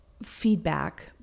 feedback